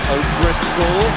O'Driscoll